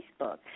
Facebook